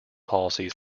policies